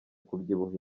kubyibuha